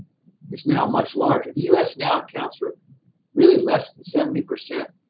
is now much larger. the u s. now accounts for really less than seventy percent